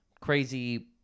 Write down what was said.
crazy